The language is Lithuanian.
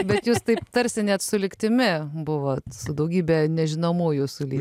bet jūs taip tarsi net su lygtimi buvot su daugybe nežinomųjų sulyg